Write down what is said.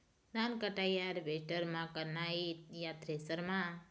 धान कटाई हारवेस्टर म करना ये या थ्रेसर म?